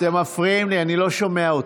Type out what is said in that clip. אתם מפריעים לי, אני לא שומע אותו.